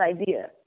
idea